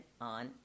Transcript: on